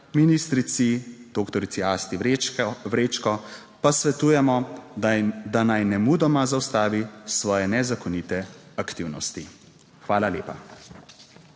ministrici doktorici A Vrečko pa svetujemo, da naj nemudoma zaustavi svoje nezakonite aktivnosti. Hvala lepa.